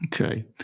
Okay